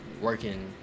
working